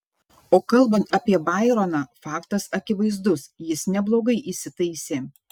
o kalbant apie baironą faktas akivaizdus jis neblogai įsitaisė